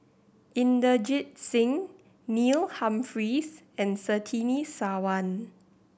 Inderjit Singh Neil Humphreys and Surtini Sarwan